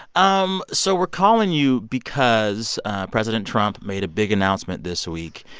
um so we're calling you because president trump made a big announcement this week.